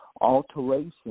Alteration